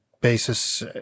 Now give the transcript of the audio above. basis